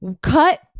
cut